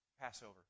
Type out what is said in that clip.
Passover